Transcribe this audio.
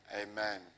Amen